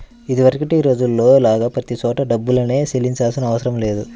ఇదివరకటి రోజుల్లో లాగా ప్రతి చోటా డబ్బుల్నే చెల్లించాల్సిన అవసరం లేదు